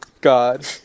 god